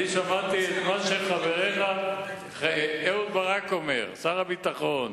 אני שמעתי את מה שחברך אהוד ברק אומר, שר הביטחון.